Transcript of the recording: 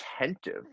attentive